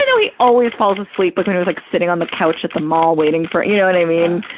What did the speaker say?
ah though he always falls asleep, like when he was like sitting on the couch at the mall waiting for, you know what and i mean?